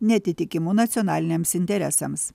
neatitikimu nacionaliniams interesams